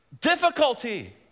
difficulty